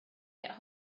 get